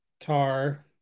tar